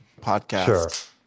podcast